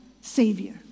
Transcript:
savior